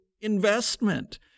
investment